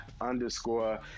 underscore